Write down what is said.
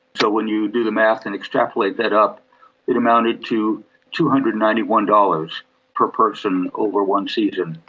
so when you do the math and extrapolate that up it amounted to two hundred and ninety one dollars per person over one season,